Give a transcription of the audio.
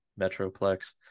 Metroplex